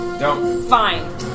Fine